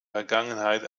vergangenheit